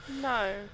no